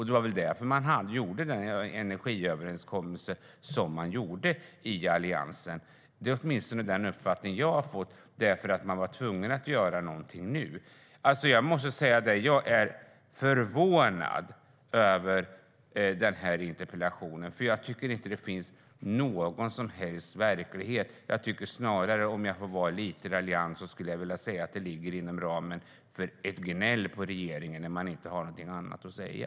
Det var väl därför man gjorde den energiöverenskommelse som man gjorde i Alliansen. Det är åtminstone den uppfattning jag har fått. Man var tvungen att göra någonting. Jag måste säga att jag är förvånad över den här interpellationen, för jag tycker inte att det finns någon som helst verklighet. Om jag får vara lite raljant skulle jag vilja säga att det ligger inom ramen för ett gnäll på regeringen när man inte har någonting annat att säga.